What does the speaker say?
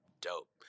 dope